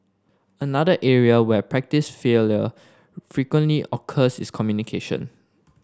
another area where practise frequently occurs is communication